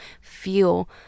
feel